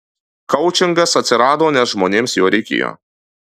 koučingas atsirado nes žmonėms jo reikėjo